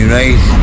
right